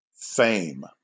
fame